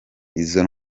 izo